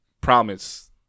promise